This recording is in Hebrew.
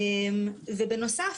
בנוסף,